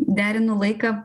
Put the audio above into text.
derinu laiką